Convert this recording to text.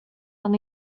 han